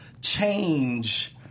change